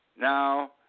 now